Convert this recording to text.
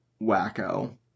wacko